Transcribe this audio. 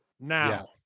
now